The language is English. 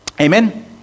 Amen